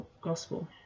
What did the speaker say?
gospel